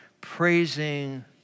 Praising